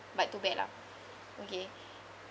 but too bad lah okay